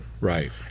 Right